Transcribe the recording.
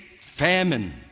famine